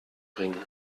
bringen